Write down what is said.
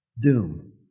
doom